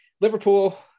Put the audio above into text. Liverpool